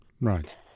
Right